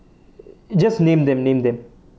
just name them name them